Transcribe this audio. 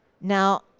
now